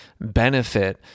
benefit